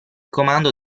comando